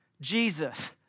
Jesus